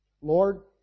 Lord